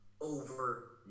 over